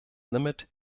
limit